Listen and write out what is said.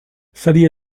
sally